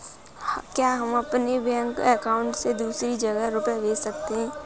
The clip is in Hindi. क्या हम अपने बैंक अकाउंट से दूसरी जगह रुपये भेज सकते हैं?